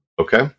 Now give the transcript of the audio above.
Okay